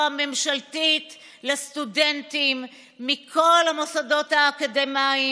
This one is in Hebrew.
ממשלתית לסטודנטים מכל המוסדות האקדמיים,